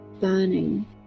burning